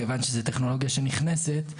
כיוון שזו טכנולוגיה שנכנסת,